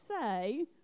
say